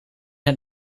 het